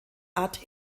art